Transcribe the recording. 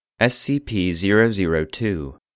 SCP-002